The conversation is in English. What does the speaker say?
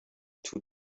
two